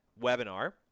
webinar